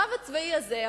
הרב הצבאי הזה,